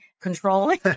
controlling